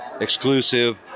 exclusive